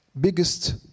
Biggest